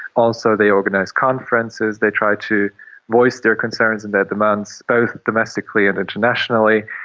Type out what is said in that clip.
also they organised conferences, they tried to voice their concerns and their demands, both domestically and internationally.